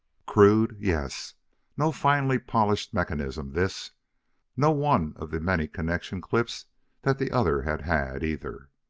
crude yes no finely polished mechanism, this no one of the many connection clips that the other had had, either.